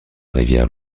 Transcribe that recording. rivière